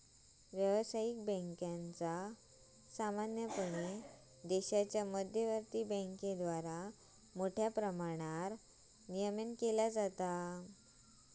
व्यावसायिक बँकांचा सामान्यपणे देशाच्या मध्यवर्ती बँकेद्वारा मोठ्या प्रमाणावर नियमन केला जाता